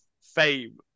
fame